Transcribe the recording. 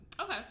Okay